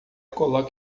coloca